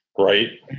Right